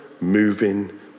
moving